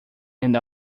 end